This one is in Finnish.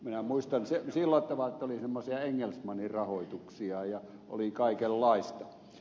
minä muistan että oli semmoisia engelsmannirahoituksia ja oli kaikenlaista